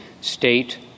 state